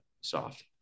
Soft